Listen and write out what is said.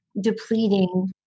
depleting